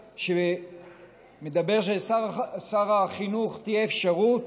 שאומר שלשר החינוך תהיה אפשרות